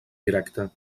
directe